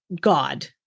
God